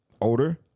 older